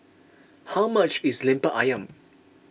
how much is Lemper Ayam